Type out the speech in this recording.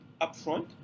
upfront